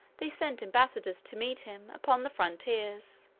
they sent embassadors to meet him upon the frontiers.